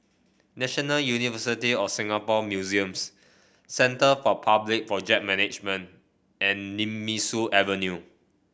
National University of Singapore Museums Centre for Public Project Management and Nemesu Avenue